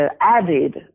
added